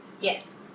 Yes